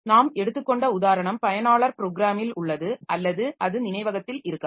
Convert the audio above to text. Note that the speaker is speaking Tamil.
நான் எடுத்துக்காெண்ட உதாரணம் பயனாளர் ப்ரோகிராமில் உள்ளது அல்லது அது நினைவகத்தில் இருக்கலாம்